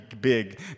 big